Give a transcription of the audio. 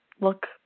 look